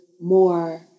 more